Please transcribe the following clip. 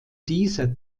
dieser